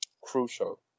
crucial